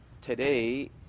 today